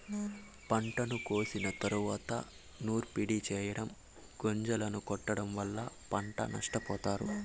పంటను కోసిన తరువాత నూర్పిడి చెయ్యటం, గొంజలను కొట్టడం వల్ల పంట నష్టపోతారు